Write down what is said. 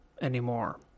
anymore